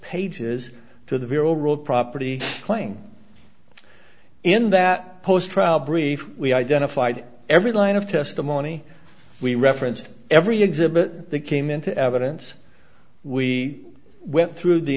pages to the bureau ruled property playing in that post trial brief we identified every line of testimony we referenced every exhibit that came into evidence we went through the